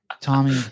Tommy